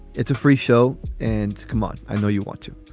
it's a free show and come on. i know you want to.